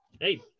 Hey